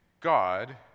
God